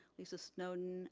lisa snowden